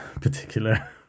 particular